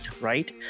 right